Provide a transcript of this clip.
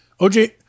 OJ